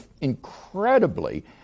incredibly